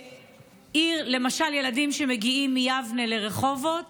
למשל, ילדים שמגיעים מיבנה לרחובות